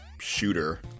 shooter